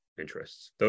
interests